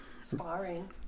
sparring